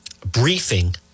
briefing